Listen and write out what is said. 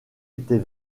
était